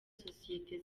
sosiyete